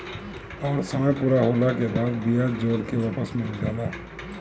अउर समय पूरा होला के बाद बियाज जोड़ के वापस मिल जाला